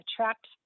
attract